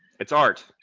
it's art.